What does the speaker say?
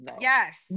Yes